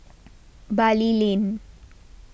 Bali Lane